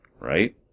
right